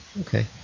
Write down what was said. Okay